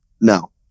No